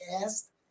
cast